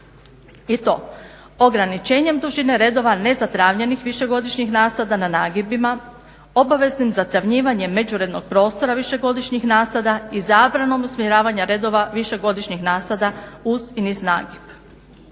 i to ograničenjem dužine redova nezatravnjenih višegodišnjih nasada na nagibima, obaveznim zatravnjivanjem međurednog prostora višegodišnjih nasada i zabranom usmjeravanja redova višegodišnjih nasada uz i niz nagib.